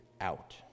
out